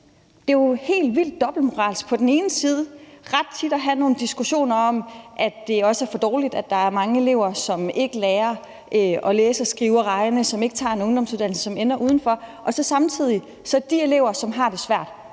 Det er jo helt vildt dobbeltmoralsk på den ene side ret tit at have nogle diskussioner om, at det også er for dårligt, at der er mange elever, som ikke lærer at læse, skrive og regne, og som ikke tager en ungdomsuddannelse og ender udenfor, og så er det samtidig Dansk Folkepartis svar